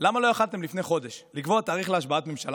למה לא יכולתם לפני חודש לקבוע תאריך להשבעת ממשלה?